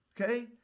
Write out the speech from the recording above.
okay